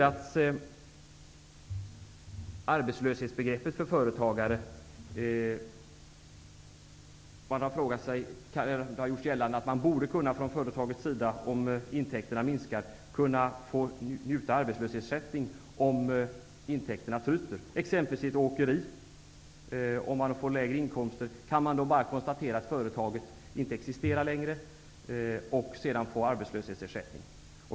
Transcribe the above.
Arbetslöshetsbegreppet för företagare har även diskuterats. Det har gjorts gällande att man från ett företags sida borde kunna få åtnjuta arbetslöshetsersättning om intäkterna tryter. Det kan gälla ett åkeri. Om inkomsterna blir lägre är det bara att konstatera att företaget inte längre existerar. Sedan utgår arbetslöshetsersättning.